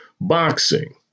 Boxing